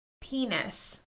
penis